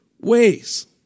ways